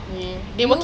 ya you